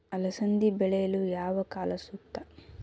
ಅಲಸಂದಿ ಬೆಳೆಯಲು ಯಾವ ಕಾಲ ಸೂಕ್ತ?